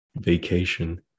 vacation